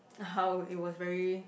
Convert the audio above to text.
how it was very